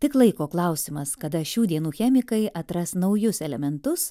tik laiko klausimas kada šių dienų chemikai atras naujus elementus